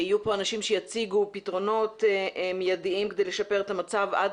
יהיו פה אנשים שיציגו פתרונות מידיים עד